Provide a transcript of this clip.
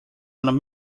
enam